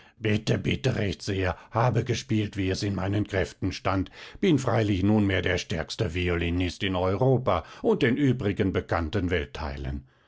bitte recht sehr habe gespielt wie es in meinen kräften stand bin freilich nunmehr der stärkste violinist in europa und den übrigen bekannten weltteilen